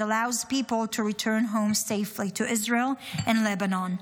allows people to return home safely to Israel and Lebanon.